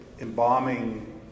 embalming